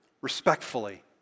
respectfully